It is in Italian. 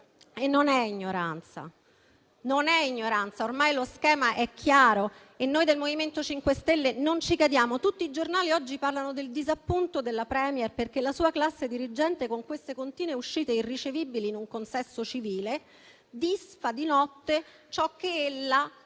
E non è ignoranza, lo ribadisco: ormai lo schema è chiaro e noi del MoVimento 5 Stelle non ci cadiamo. Tutti i giornali oggi parlano del disappunto della *Premier*, perché la sua classe dirigente, con queste continue uscite, irricevibili in un consesso civile, disfa di notte la credibilità